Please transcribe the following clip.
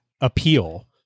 appeal